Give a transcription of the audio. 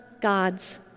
God's